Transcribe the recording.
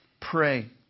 pray